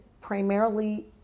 primarily